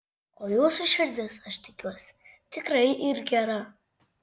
o jūsų širdis aš tikiuosi tikrai yr gera